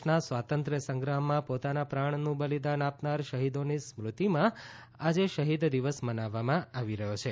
દેશના સ્વાતંત્ય સંગ્રામમાં પોતાના પ્રાણનું બલિદાન આપનાર શહિદોની સ્મૃતિમાં આજે શહિદ દિવસ મનાવવામાં આવી રહયો છે